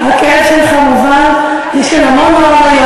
מי שסוגר פסטיבל ילדים הוא לא בן-תרבות,